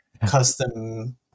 custom